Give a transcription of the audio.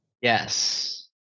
Yes